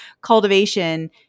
Cultivation